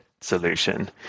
solution